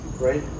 right